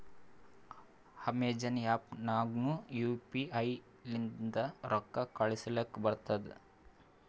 Amazon app ನಾಗ್ನು U P I ಲಿಂತ ರೊಕ್ಕಾ ಕಳೂಸಲಕ್ ಬರ್ತುದ್